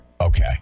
okay